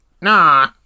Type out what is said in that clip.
Nah